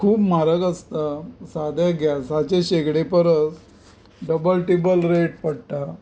खूब म्हारग आसता साद्या गॅसाचे शेगडे परस डब्बल टिब्बल रेट पडटा